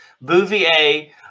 Bouvier